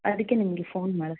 ಅದಕ್ಕೆ ನಿಮಗೆ ಫೋನ್ ಮಾಡಿದೆ